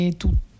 tutto